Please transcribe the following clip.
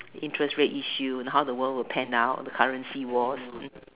the interest rate issue and how the world will pen down the currency was